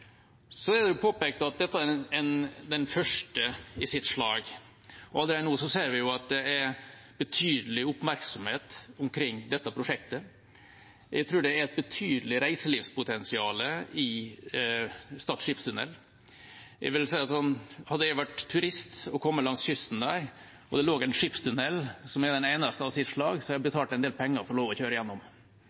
Så er det påpekt at dette er den første av sitt slag. Allerede nå ser vi at det er betydelig oppmerksomhet om dette prosjektet. Jeg tror det er et betydelig reiselivspotensial i Stad skipstunnel. Hadde jeg vært turist som kom langs kysten og det lå en skipstunnel der, som er den eneste av sitt slag, hadde jeg betalt en del penger for å få lov til å kjøre